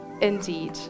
indeed